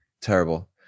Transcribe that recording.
terrible